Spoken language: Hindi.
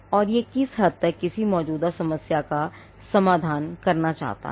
और यह किस हद तक किसी मौजूदा समस्या का समाधान करना चाहता है